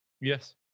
Yes